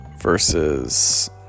versus